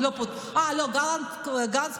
לא גנץ.